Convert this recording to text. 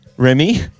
Remy